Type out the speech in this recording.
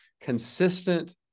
consistent